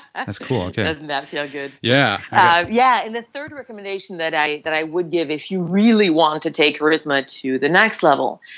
cool, okay doesn't that feel good? yeah yeah. and the third recommendation that i that i would give if you really want to take charisma to the next level,